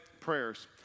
Prayers